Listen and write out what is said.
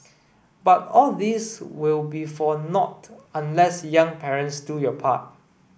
but all this will be for nought unless young parents do your part